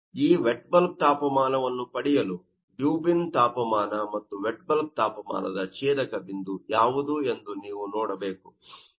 ಈಗ ಈ wet bulb ತಾಪಮಾನವನ್ನು ಪಡೆಯಲು ಡಿವ್ ಬಿಂದು ತಾಪಮಾನ ಮತ್ತು ವೆಟ್ ಬಲ್ಬ್ ತಾಪಮಾನದ ಛೇದಕ ಬಿಂದು ಯಾವುದು ಎಂದು ನೀವು ನೋಡಬೇಕು